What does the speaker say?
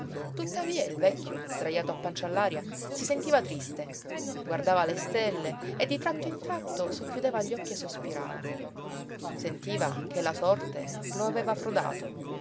tuttavia il vecchio sdrajato a pancia all'aria si sentiva triste guardava le stelle e di tratto in tratto socchiudeva gli occhi e sospirava sentiva che la sorte lo aveva frodato